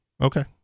Okay